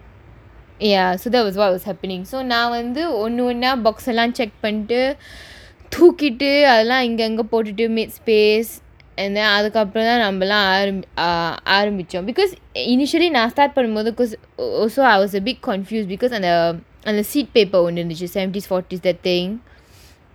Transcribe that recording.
ya so that was what was happening so நா வந்து ஒன்னு ஒன்னா:naa vanthu onnu onnaa box எல்லாம்:ellaam check பண்ணிட்டு தூக்கிட்டு அதலாம் இங்க அங்க போட்டுட்டு:pannittu thookkittu athalaam inga anga pottuttu make space எந்தா அதுக்கப்புறம் தான் நம்மலாம் ஆரம்~:entha athukkappuram thaan nammalaam aaram~ err ஆரம்பிச்சோம்:aarambichchom because initially நான்:naan start பண்ணும் போது:pannum pothu because so I was a bit confused because அந்த அந்த:antha antha seed paper ஒன்னு இருந்துச்சி:onnu irunthuchchi seventies forties is the thing